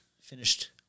finished